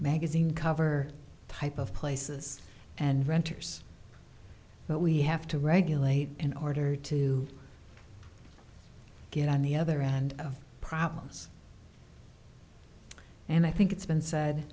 magazine cover type of places and renters but we have to regulate in order to get on the other end of problems and i think it's been said